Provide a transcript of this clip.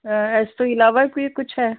ਇਸ ਤੋਂ ਇਲਾਵਾ ਕੋਈ ਕੁਛ ਹੈ